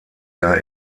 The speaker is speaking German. jahr